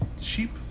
Sheep